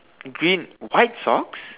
green white socks